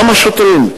גם השוטרים.